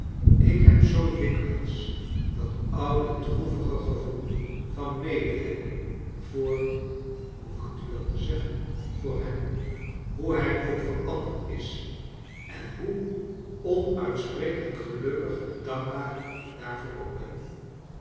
ik heb zoo dikwijls dat oude droevige gevoel van medelijden voor behoef ik het wel te zeggen voor hem hoe hij ook veranderd is en hoe onuitsprekelijk gelukkig en dankbaar ik daarvoor ook ben